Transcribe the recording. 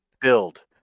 Build